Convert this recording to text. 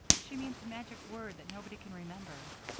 she means a magic word that nobody can remember.